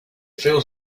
feels